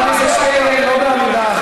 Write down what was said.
חבר הכנסת שטרן, לא בעמידה.